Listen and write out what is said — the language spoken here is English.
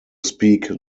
speak